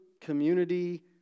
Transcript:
community